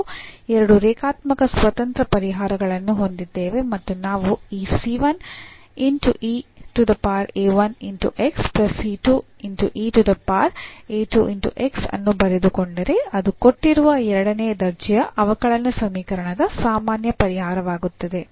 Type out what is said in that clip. ನಾವು ಎರಡು ರೇಖಾತ್ಮಕ ಸ್ವತಂತ್ರ ಪರಿಹಾರಗಳನ್ನು ಹೊಂದಿದ್ದೇವೆ ಮತ್ತು ನಾವು ಈ ಅನ್ನು ಬರೆದುಕೊಂಡರೆ ಅದು ಕೊಟ್ಟಿರುವ ಎರಡನೇ ದರ್ಜೆಯ ಅವಕಲನ ಸಮೀಕರಣದ ಸಾಮಾನ್ಯ ಪರಿಹಾರವಾಗಿರುತ್ತದೆ